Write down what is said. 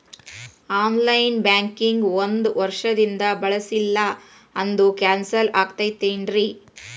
On line banking ಒಂದ್ ವರ್ಷದಿಂದ ಬಳಸಿಲ್ಲ ಅದು ಕ್ಯಾನ್ಸಲ್ ಆಗಿರ್ತದೇನ್ರಿ?